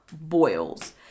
boils